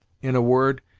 in a word,